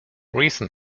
recent